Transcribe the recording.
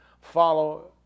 follow